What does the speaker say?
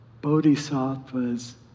bodhisattvas